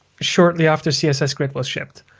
shortly after css grid was shipped.